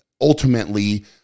ultimately